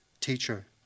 teacher